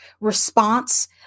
response